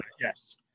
Yes